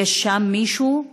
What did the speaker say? יש שם מישהו?